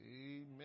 Amen